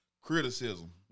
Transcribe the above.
criticism